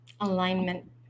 alignment